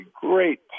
great